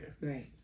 Right